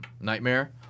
Nightmare